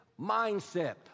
mindset